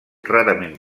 rarament